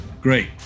Great